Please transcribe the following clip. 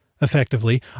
effectively